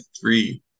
three